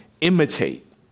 imitate